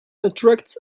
attracts